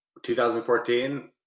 2014